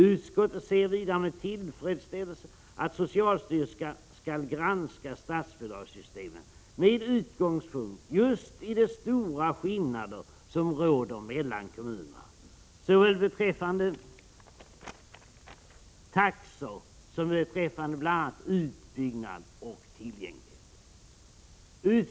Utskottet ser vidare med tillfredsställelse att socialstyrelsen skall granska statsbidragssystemet med utgångspunkt just i de stora skillnader som råder mellan kommunerna såväl beträffande taxor som beträffande bl.a. utbyggnad och tillgänglighet.